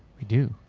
i do.